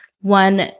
one